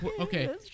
Okay